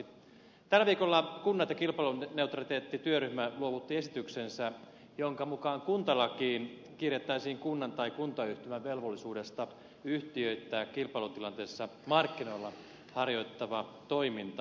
tällä viikolla kunnat ja kilpailuneutraliteetti työryhmä luovutti esityksensä jonka mukaan kuntalakiin kirjattaisiin kunnan tai kuntayhtymän velvollisuus yhtiöittää kilpailutilanteessa markkinoilla harjoittama toiminta